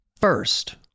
First